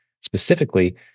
specifically